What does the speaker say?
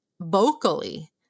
vocally